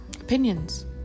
Opinions